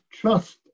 trust